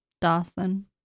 Dawson